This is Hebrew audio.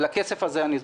ולכסף הזה אני דואג.